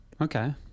Okay